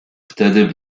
wtedy